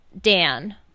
Dan